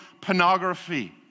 pornography